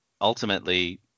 ultimately